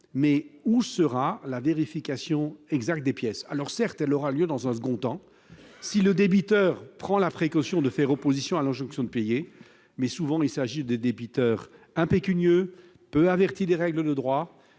alors la vérification exacte des pièces ? Certes, elle aura lieu dans un second temps, si le débiteur prend la précaution de faire opposition à l'injonction de payer. Or il s'agit souvent de débiteurs impécunieux et peu avertis des règles de droit.